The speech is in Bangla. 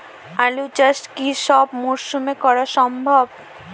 আলু চাষ কি সব মরশুমে করা সম্ভব?